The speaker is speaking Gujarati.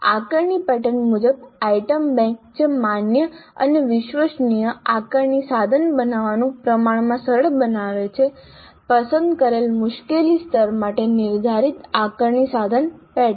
આકારણી પેટર્ન મુજબ આઇટમ બેંક જે માન્ય અને વિશ્વસનીય આકારણી સાધન બનાવવાનું પ્રમાણમાં સરળ બનાવે છે પસંદ કરેલ મુશ્કેલી સ્તર માટે નિર્ધારિત આકારણી સાધન પેટર્ન